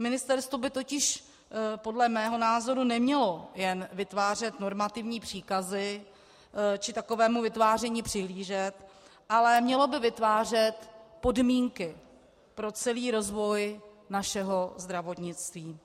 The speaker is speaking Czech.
Ministerstvo by totiž podle mého názoru nemělo jen vytvářet normativní příkazy či takovému vytváření přihlížet, ale mělo by vytvářet podmínky pro celý rozvoj našeho zdravotnictví.